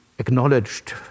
Acknowledged